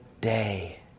day